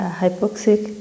hypoxic